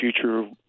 future